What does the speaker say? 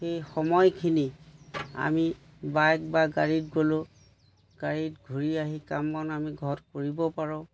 সেই সময়খিনি আমি বাইক বা গাড়ীত গ'লোঁ গাড়ীত ঘূৰি আহি কাম বন আমি ঘৰত কৰিব পাৰোঁ